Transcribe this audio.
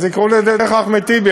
אז יקראו לה "דרך אחמד טיבי",